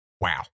Wow